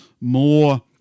more